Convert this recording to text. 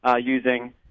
using